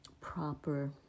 proper